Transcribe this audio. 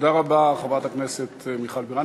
תודה רבה, חברת הכנסת מיכל בירן.